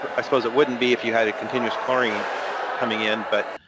but i suppose it wouldn't be if you had a continuous chlorine coming in, but